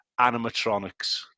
animatronics